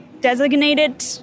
designated